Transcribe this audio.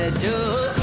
ah do